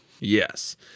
Yes